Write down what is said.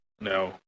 No